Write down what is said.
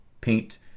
paint